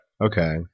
Okay